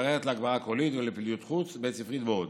מערכת להגברה קולית לפעילות חוץ בית ספרית ועוד.